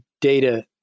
data